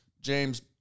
James